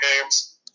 games